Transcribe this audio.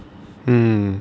mm